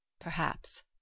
Perhaps